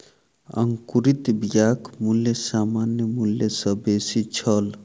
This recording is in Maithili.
अंकुरित बियाक मूल्य सामान्य मूल्य सॅ बेसी छल